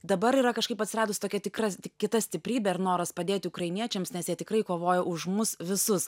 dabar yra kažkaip atsiradus tokia tikra kita stiprybė ir noras padėti ukrainiečiams nes jie tikrai kovoja už mus visus